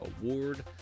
award